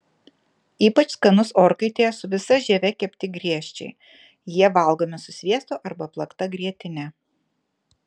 ypač skanus orkaitėje su visa žieve kepti griežčiai jie valgomi su sviestu arba plakta grietine